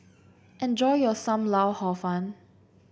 enjoy your Sam Lau Hor Fun